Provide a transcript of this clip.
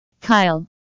Kyle